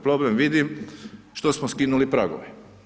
Problem vidim što smo skinuli pragove.